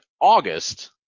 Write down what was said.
August